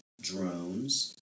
drones